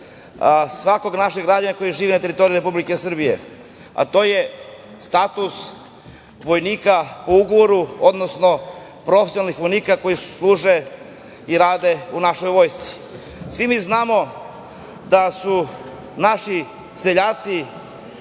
svakog našeg građanina koji živi na teritoriji Republike Srbije, a to je status vojnika po ugovoru, odnosno profesionalnih vojnika koji služe i rade u našoj vojsci. Svi mi znamo da su naši seljaci